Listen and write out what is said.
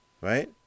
Right